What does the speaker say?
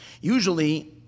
Usually